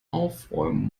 aufräumen